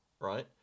right